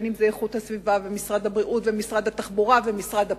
המשרד לאיכות הסביבה ומשרד הבריאות ומשרד התחבורה ומשרד הפנים,